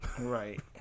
Right